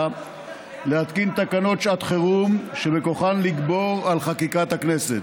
להתקין תקנות שעת חירום שבכוחן לגבור על חקיקת הכנסת.